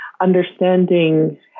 understanding